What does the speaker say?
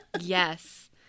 Yes